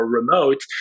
remote